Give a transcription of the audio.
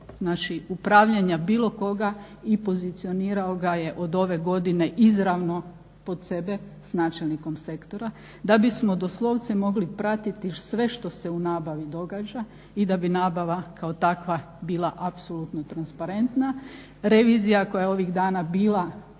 znači upravljanja bilo koga i pozicionirao ga je od ove godine izravno pod sebe s načelnikom sektora da bismo doslovce mogli pratiti sve što se u nabavi događa i da bi nabava kao takva bila apsolutno transparentna. Revizija koja je ovih dana bila